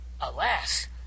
Alas